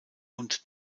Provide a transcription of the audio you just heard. und